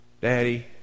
Daddy